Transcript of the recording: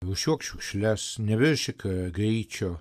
rūšiuok šiukšles neviršyk greičio